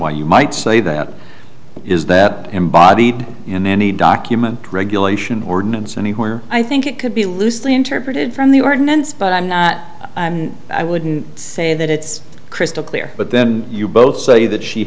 why you might say that is that embodied in any document regulation ordinance anywhere i think it could be loosely interpreted from the ordinance but i'm not i wouldn't say that it's crystal clear but then you both say that she